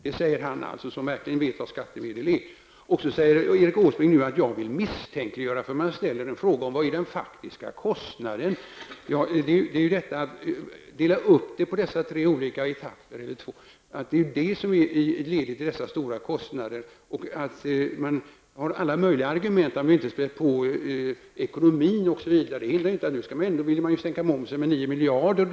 Detta säger alltså Lennart Nilsson, som verkligen vet vad skattemedel är. Erik Åsbrink säger att jag vill misstänkliggöra systemet när jag ställer en fråga om de faktiska kostnaderna. Varför skall man dela upp det i två etapper? Det är just detta som leder till dessa stora kostnader. Man har alla möjliga argument, som att man inte vill spä på ekonomin. Men det hindrar inte att man ändå vill sänka momsen med 9 miljarder.